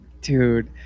dude